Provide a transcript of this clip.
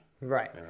right